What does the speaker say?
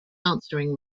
answering